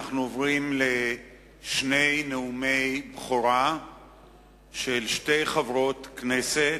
אנחנו עוברים לשני נאומי בכורה של שתי חברות הכנסת,